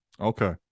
Okay